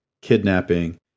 kidnapping